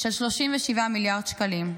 של 37 מיליארד שקלים.